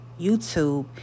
YouTube